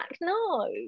No